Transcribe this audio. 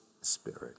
spirit